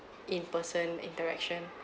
in person interaction